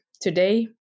today